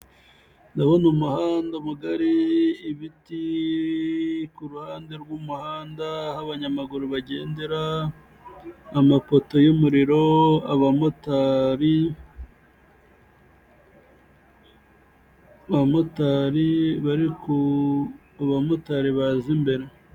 Ndabona umuhanda mugari, ibiti ku ruhande rw'umuhanda aho abanyamaguru bagendera, amapoto y'umuriro, abamori abamotari bari bamotari baza imbere.